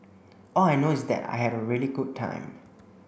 all I know is that I had a really good time